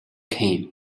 came